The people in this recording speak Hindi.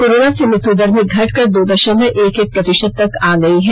कोरोना से मृत्युदर भी घटकर दो दशमलव एक एक प्रतिशत तक आ गई है